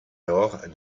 lors